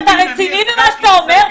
אתה רציני במה שאתה אומר?